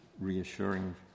reassuring